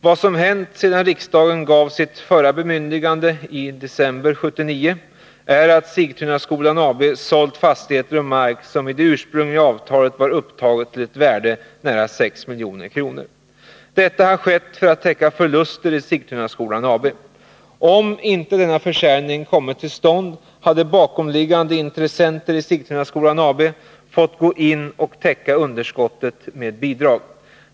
Vad som hänt sedan riksdagen gav sitt förra bemyndigande, i december 1979, är att Sigtunaskolans AB sålt fastigheter och mark som i det ursprungliga avtalet var upptagna till ett värde av nära 6 milj.kr. Detta har skett för täckande av förluster i Sigtunaskolans AB. Om inte denna försäljning kommit till stånd hade bakomliggande intressenter i Sigtunaskolans AB fått gå in och täcka underskottet med bidrag.